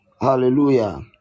Hallelujah